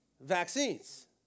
vaccines